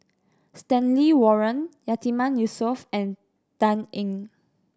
Stanley Warren Yatiman Yusof and Dan Ying